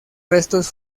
restos